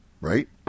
right